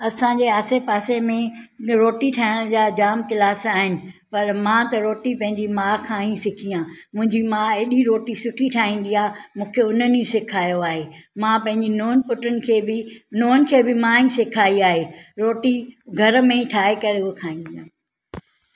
असांजे आसे पासे में जो रोटी ठाहिण जा जाम क्लास आहिनि पर मां त रोटी पंहिंजी माउ खां ई सिखी आहे मुंहिंजी मां एॾी रोटी सुठी ठाहींदी आहे मूंखे हुननि ई सिखायो आहे मां पंहिंजे नुहं पुटुनि खे बि नुहंनि खे बि मां ई सेखाई आहे रोटी घरु में ई ठाहे करे हो खाईंदी आहे